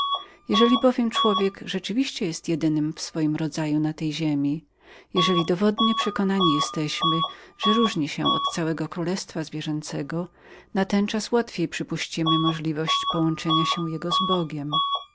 jeżeli bowiem człowiek rzeczywiście jest jedynym w swoim rodzaju na tej ziemi jeżeli dowodnie przekonani jesteśmy o różnicy jego z całem królestwem zwierzęcem natenczas łatwiej przypuścimy możebność połączenia się jego z bogiem